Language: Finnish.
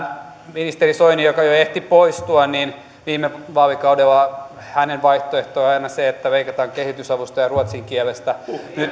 ministeri soinin joka jo ehti poistua vaihtoehto viime vaalikaudella oli aina se että leikataan kehitysavusta ja ruotsin kielestä